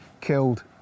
killed